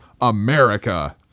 America